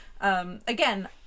again